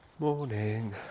Morning